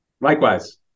Likewise